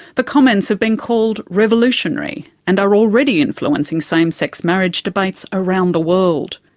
the comments have been called revolutionary, and are already influencing same-sex marriage debates around the world.